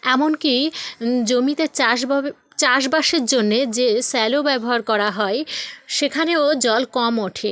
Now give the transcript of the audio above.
এমনকি জমিতে চাষভাবে চাষবাসের জন্যে যে স্যালো ব্যবহার করা হয় সেখানেও জল কম ওঠে